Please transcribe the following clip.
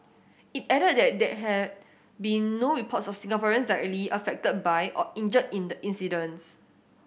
it added that there had been no reports of Singaporeans directly affected by or injured in the incidents